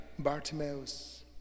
Bartimaeus